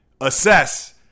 assess